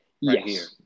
yes